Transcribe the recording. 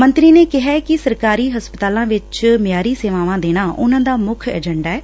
ਮੰਤਰੀ ਨੇ ਕਿਹਾ ਕਿ ਸਰਕਾਰੀ ਹਸਪਤਾਲਾਂ ਵਿਚ ਮਿਆਰੀ ਸੇਵਾਵਾਂ ਦੇਣ ਉਨੂਾਂ ਦਾ ਮੁੱਖ ਆਜੰਡਾ ਐ